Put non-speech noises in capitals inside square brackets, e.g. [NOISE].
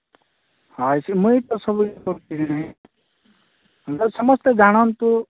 ହଁ ସେ ମୁଇଁ ତ ସବୁ [UNINTELLIGIBLE] ସମସ୍ତେ ଜାଣନ୍ତୁ